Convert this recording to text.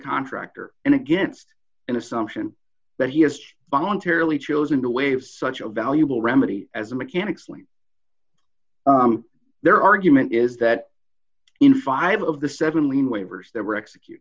contractor and against an assumption that he has voluntarily chosen to waive such a valuable remedy as a mechanic's lien their argument is that in five of the seven lien waivers that were execute